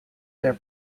their